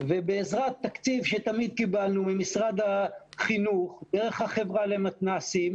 ובעזרת תקציב שתמיד קיבלנו ממשרד החינוך דרך החברה למתנ"סים,